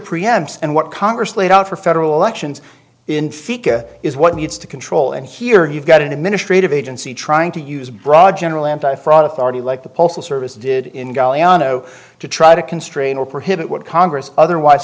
amps and what congress laid out for federal elections in feet is what needs to control and here you've got an administrative agency trying to use broad general anti fraud authority like the postal service did in galliano to try to constrain or prohibit what congress otherwise